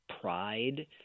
pride